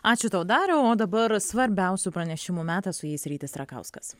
ačiū tau dariau o dabar svarbiausių pranešimų metas su jais rytis rakauskas